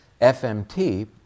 FMT